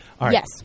Yes